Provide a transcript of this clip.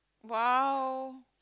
!wow!